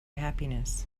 happiness